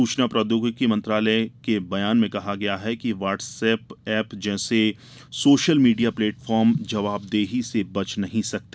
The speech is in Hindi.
सूचना प्रौद्योगिकी मंत्रालय के बयान में कहा गया है कि व्हाट्स ऐप जैसे सोशल मीडिया प्लेटफॉर्म जवाब देही से बच नहीं सकते